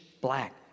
black